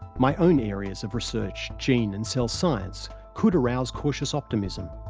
my own areas of research, gene and cell science, could arouse cautious optimism.